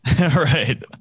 Right